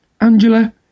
Angela